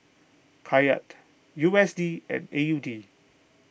Kyat U S D and A U D